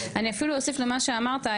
אני אפילו אוסיף למה שאמרת,